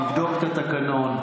תבדוק את התקנון.